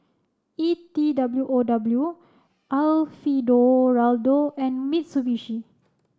E T W O W Alfio Do Raldo and Mitsubishi